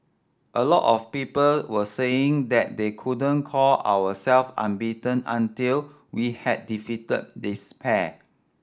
a lot of people were saying that they couldn't call ourselves unbeaten until we had defeated this pair